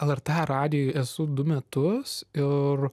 lrt radijuj esu du metus ir